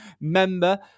member